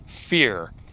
fear